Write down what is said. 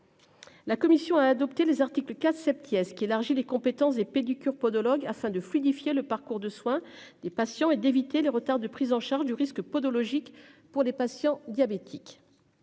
La commission a adopté les articles 4, qui est-ce qui élargit les compétences et pédicure podologue afin de fluidifier le parcours de soins des patients et d'éviter les retards de prise en charge du risque posologique pour des patients diabétiques.